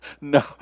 No